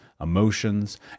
emotions